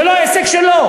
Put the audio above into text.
זה לא עסק שלו.